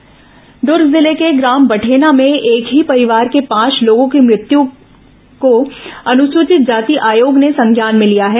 बठेना कांड जांच दल दूर्ग जिले के ग्राम बठेना में एक ही परिवार के पांच लोगों की मृत्यु को अनुसूचित जाति आयोग ने संज्ञान में लिया है